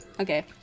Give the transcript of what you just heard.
Okay